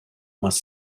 mas